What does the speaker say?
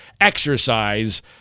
exercise